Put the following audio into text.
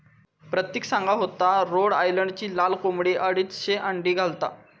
प्रतिक सांगा होतो रोड आयलंडची लाल कोंबडी अडीचशे अंडी घालता